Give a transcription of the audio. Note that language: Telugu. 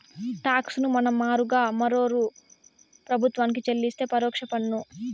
టాక్స్ ను మన మారుగా మరోరూ ప్రభుత్వానికి చెల్లిస్తే పరోక్ష పన్ను